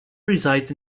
resides